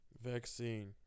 Vaccine